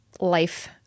life